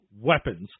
weapons